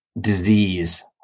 disease